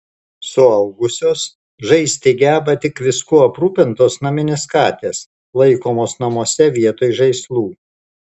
suaugusios žaisti geba tik viskuo aprūpintos naminės katės laikomos namuose vietoj žaislų